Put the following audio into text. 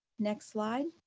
next slide.